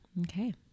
Okay